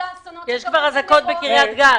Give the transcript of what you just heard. כבר אזעקות בקריית גת.